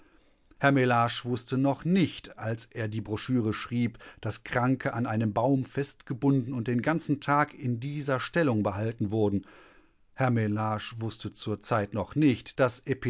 herr mellage wußte noch nicht als er die broschüre schrieb daß kranke an einem baum festgebunden und den ganzen tag in dieser stellung behalten wurden herr mellage wußte zur zeit noch nicht daß